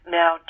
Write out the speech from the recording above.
now